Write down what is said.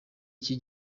iki